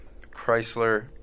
Chrysler